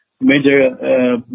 major